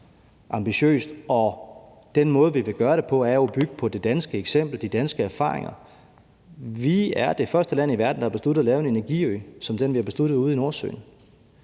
ambitiøst, og den måde, vi vil gøre det på, er jo at bygge på det danske eksempel og de danske erfaringer. Vi er det første land i verden, der har besluttet af lave en energiø som den, vi har besluttet ude i Nordsøen.